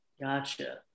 gotcha